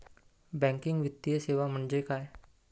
Banking वित्तीय सेवा म्हणजे काय?